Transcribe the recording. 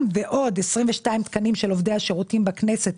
ועוד 22 תקנים של עובדי השירותים בכנסת,